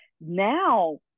now